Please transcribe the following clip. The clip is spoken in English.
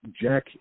Jack